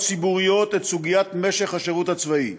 ציבוריות את סוגיית משך השירות הצבאי.